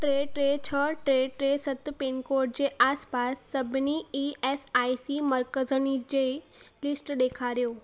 टे टे छह टे टे सत पिनकोड जे आसपासि सभिनी ई एस आई सी मर्कज़नि जी लिस्ट ॾेखारियो